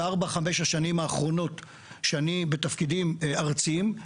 ב-4-5 השנים האחרונות שאני בתפקידים ארציים,